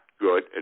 good